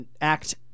act